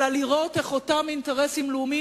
אלא לראות כיצד אותם אינטרסים לאומיים